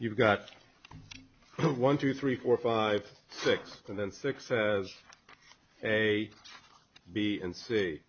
you've got one two three four five six and then six says a b and c